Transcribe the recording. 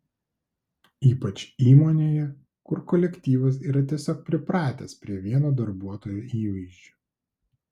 ypač įmonėje kur kolektyvas yra tiesiog pripratęs prie vieno darbuotojo įvaizdžio